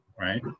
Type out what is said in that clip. right